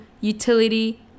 utility